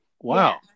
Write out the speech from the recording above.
wow